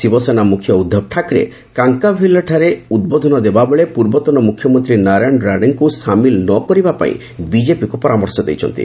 ଶିବସେନା ମୁଖ୍ୟ ଉଦ୍ଧବ ଠାକରେ କାଙ୍କାଭ୍ଲିଠାରେ ଉଦ୍ବୋଧନ ଦେଲାବେଳେ ପୂର୍ବତନ ମୁଖ୍ୟମନ୍ତ୍ରୀ ନାରାୟଣ ରାଣେଙ୍କୁ ସାମିଲ ନକରିବା ପାଇଁ ବିଜେପିକୁ ପରାମର୍ଶ ଦେଇଛନ୍ତି